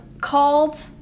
called